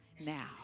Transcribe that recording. now